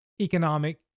economic